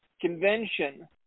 convention